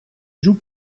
joue